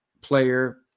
player